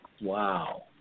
Wow